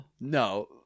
no